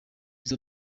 izo